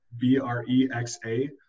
b-r-e-x-a